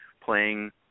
playing